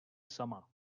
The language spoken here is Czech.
sama